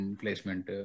placement